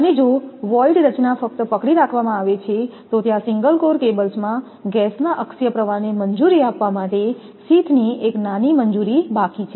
અને જો વોઈડ રચના ફક્ત પકડી રાખવામાં આવે છે તો ત્યાં સિંગલ કોર કેબલમાં ગેસના અક્ષીય પ્રવાહને મંજૂરી આપવા માટે શીથની એક નાની મંજૂરી બાકી છે